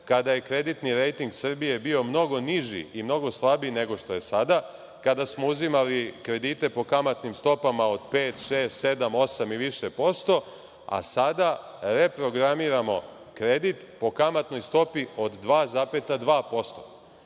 kada je kreditni rejting Srbije bio mnogo niži i mnogo slabiji nego što je sada, kada smo uzimali kredite po kamatnim stopama od pet, šest, sedam, osam i više posto, a sada reprogramiramo kredit po kamatnoj stopi od 2,2%.Sad